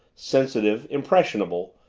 sensitive, impressionable,